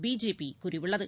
BJP கூறியுள்ளது